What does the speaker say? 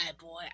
boy